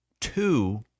Two